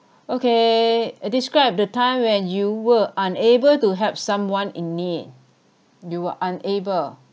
okay uh describe a time when you were unable to help someone in need you were unable